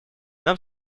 нам